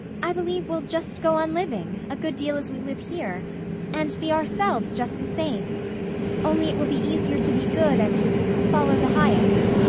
i believe we'll just go on living, a good deal as we live here and be ourselves just the same only it will be easier to be good and to follow the highest.